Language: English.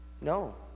No